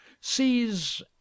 sees